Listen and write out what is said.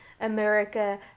America